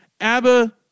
ABBA